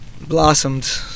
blossomed